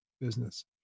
business